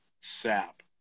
Sap